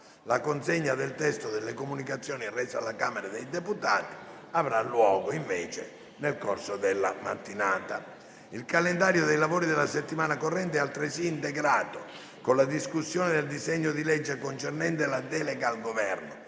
La consegna del testo delle Comunicazioni rese alla Camera dei deputati avrà luogo nel corso della mattinata. Il calendario dei lavori della settimana corrente è altresì integrato con la discussione del disegno di legge concernente la delega al Governo